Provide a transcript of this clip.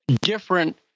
different